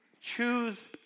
choose